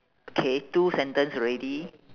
okay two sentence already